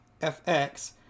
FX